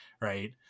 Right